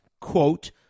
quote